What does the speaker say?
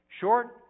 short